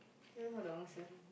don't know how to answer